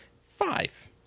Five